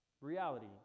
Reality